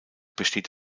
besteht